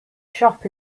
shop